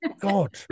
God